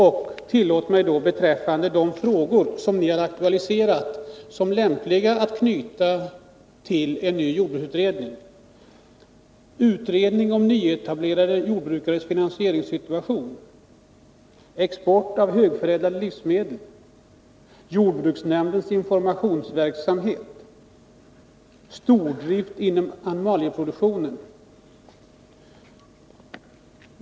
Och tillåt mig nämna de frågor ni har aktualiserat som lämpliga att knyta till en ny jordbruksutredning: utredning om nyetablerade jordbrukares finansiering, export av högförädlade livsmedel, jordbruksnämndens informationsverksamhet och stordrift inom animalieproduktionen.